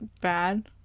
bad